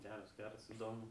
geras geras įdomu